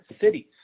cities